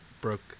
broke